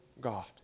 God